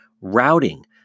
routing